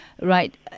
Right